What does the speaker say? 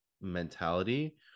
mentality